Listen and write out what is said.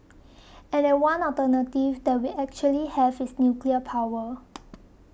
and that one alternative that we actually have is nuclear power